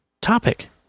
topic